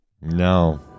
No